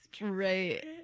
right